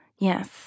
Yes